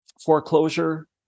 foreclosure